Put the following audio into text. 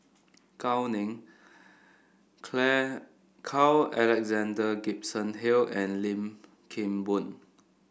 Gao Ning Clare Carl Alexander Gibson Hill and Lim Kim Boon